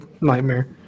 nightmare